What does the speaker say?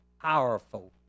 powerful